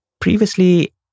Previously